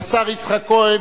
השר יצחק כהן,